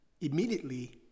immediately